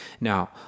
Now